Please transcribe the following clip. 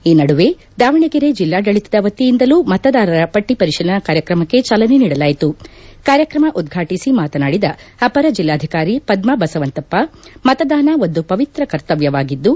ಈ ನಡುವೆ ದಾವಣಗೆರೆ ಜಿಲ್ಲಾಡಳಿತದ ವತಿಯಿಂದಲ್ಲೂ ಮತದಾರರ ಪಟ್ಟ ಪರಿಶೀಲನಾ ಕಾರ್ಯಕ್ರಮಕ್ಕೆ ಚಾಲನೆ ನೀಡಲಾಯಿತು ಕಾರ್ಯಕ್ರಮ ಉದ್ಘಾಟಿಸಿ ಮಾತನಾಡಿದ ಅಪರ ಜಿಲ್ಲಾಧಿಕಾರಿ ಪದ್ಮ ಬಸವಂತಪ್ಪ ಮತದಾನ ಒಂದು ಪವಿತ್ರ ಕರ್ತವ್ಯವಾಗಿದ್ದು